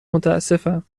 متاسفم